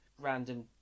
random